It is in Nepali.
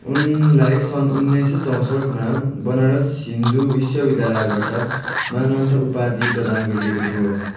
उनलाई सन् उनाइसय चौसट्ठीमा बनारस हिन्दू विश्वविद्यालयबाट मानर्थ उपाधि प्रदान गरिएको थियो